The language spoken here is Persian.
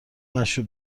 مشروب